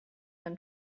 man